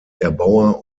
erbauer